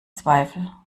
zweifel